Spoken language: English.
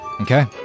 Okay